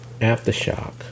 Aftershock